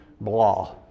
blah